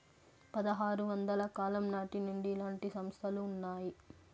పదహారు వందల కాలం నాటి నుండి ఇలాంటి సంస్థలు ఉన్నాయి